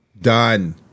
Done